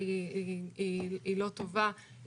לא טובה,